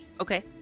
Okay